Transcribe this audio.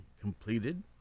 completed